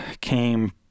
came